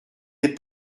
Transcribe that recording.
des